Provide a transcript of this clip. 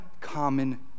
common